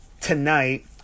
tonight